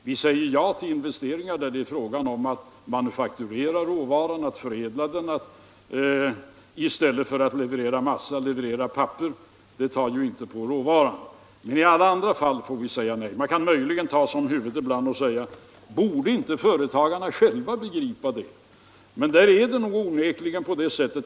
Vi säger ja till investeringar där det är fråga om att manufakturera råvaran, att förädla den, att producera papper i stället för massa, och annat sådant som inte tar av råvaran. Man kan möjligen ta sig för huvudet ibland och undra om inte företagarna själva borde begripa detta.